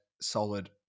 solid